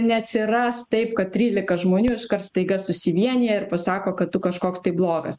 neatsiras taip kad trylika žmonių iškart staiga susivienija ir pasako kad tu kažkoks tai blogas